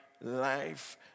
life